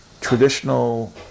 traditional